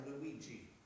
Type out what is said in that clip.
Luigi